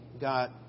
got